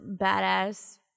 badass